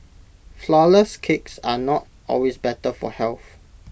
Flourless Cakes are not always better for health